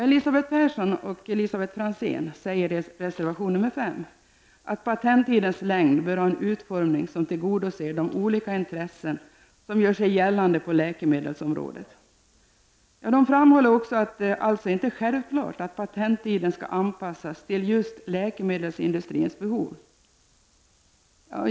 Elisabeth Persson och Elisabet Franzén säger i reservation nr 5 att patenttidens längd bör ha en utformning som tillgodoser de olika intressen som gör sig gällande på läkemedelsområdet. De framhåller också att det alls inte är självklart att patenttiden skall anpassas till just läkemedelsindustrins behov.